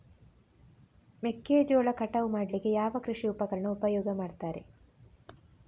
ಮೆಕ್ಕೆಜೋಳ ಕಟಾವು ಮಾಡ್ಲಿಕ್ಕೆ ಯಾವ ಕೃಷಿ ಉಪಕರಣ ಉಪಯೋಗ ಮಾಡ್ತಾರೆ?